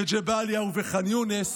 בג'באליה ובח'אן יונס